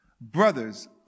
Brothers